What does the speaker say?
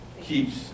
keeps